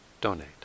donate